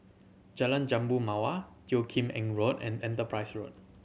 Jalan Jambu Mawar Teo Kim Eng Road and Enterprise Road